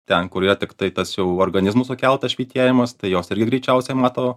ten kur jie tiktai tas jau organizmų sukeltas švytėjimas tai jos irgi greičiausiai mato